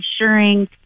ensuring